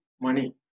money